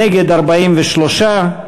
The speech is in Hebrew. נגד, 43,